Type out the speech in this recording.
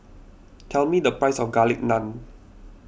tell me the price of Garlic Naan